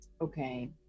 Okay